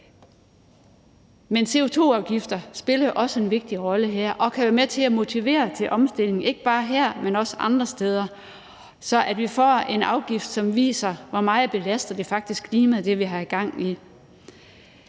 Men CO2-afgifter spiller jo også en vigtig rolle her og kan være med til at motivere til omstillingen, ikke bare her, men også andre steder, så vi får en afgift, som viser, hvor meget det, vi har gang i,